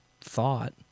thought